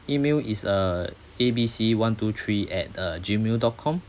email is uh A B C one two three at uh gmail dot com